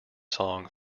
song